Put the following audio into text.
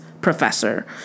professor